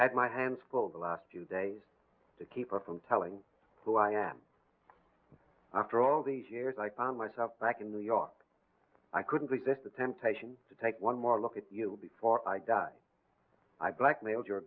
had my hands full the last few days to keep her from telling who i am after all these years i found myself back in new york i couldn't resist the temptation to take one more look at you before i die i blackmailed your